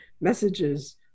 messages